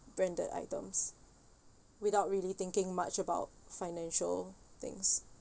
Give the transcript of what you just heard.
branded items without really thinking much about financial things